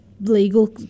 legal